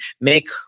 make